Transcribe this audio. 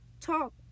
talk